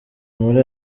muri